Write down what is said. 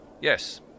Yes